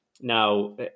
Now